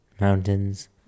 mountains